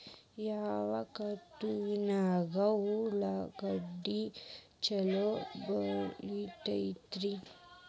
ಯಾವ ಋತುವಿನಾಗ ಉಳ್ಳಾಗಡ್ಡಿ ಛಲೋ ಬೆಳಿತೇತಿ ರೇ?